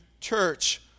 church